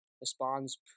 responds